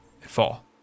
fall